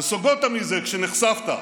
נסוגות מזה כשנחשפת,